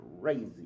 crazy